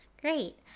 Great